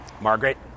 Margaret